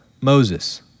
Moses